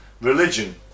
religion